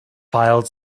filed